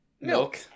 milk